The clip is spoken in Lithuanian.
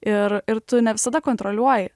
ir ir tu ne visada kontroliuoji